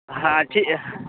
ہاں ٹھیک